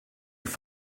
only